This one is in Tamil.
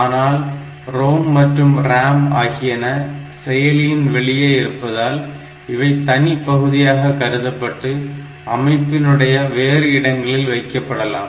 ஆனால் ROM மற்றும் RAM ஆகியன செயலியின் வெளியே இருப்பதால் இவை தனி பகுதியாக கருதப்பட்டு அமைப்பினுடைய வேறு இடங்களில் வைக்கப்படலாம்